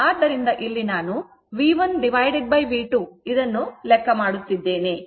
ಆದ್ದರಿಂದ ಇಲ್ಲಿ ನಾನು V1V2 ಅನ್ನು ಲೆಕ್ಕಮಾಡುತ್ತಿದ್ದೇನೆ